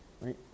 right